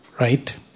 right